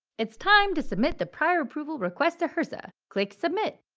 it's time to submit the prior approval request to hrsa. click submit.